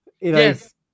yes